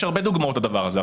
יש הרבה דוגמאות לדבר הזה.